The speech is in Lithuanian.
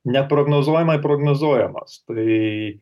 neprognozuojamai prognozuojamas tai